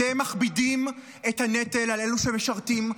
אתם מכבידים את הנטל על אלה שמשרתים,